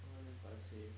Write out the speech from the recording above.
放在那边